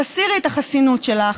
תסירי את החסינות שלך,